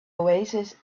oasis